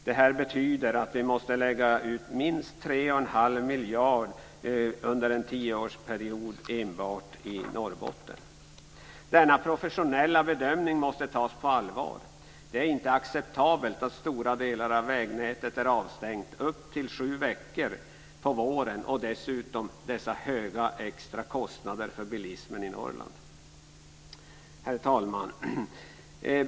Det här betyder att vi måste lägga ut minst 3 1⁄2 miljard under en tioårsperiod enbart i Norrbotten. Denna professionella bedömning måste tas på allvar. Det är inte acceptabelt att stora delar av vägnätet är avstängt upp till 7 veckor på våren samtidigt som vi har dessa höga extra kostnader för bilismen i Herr talman!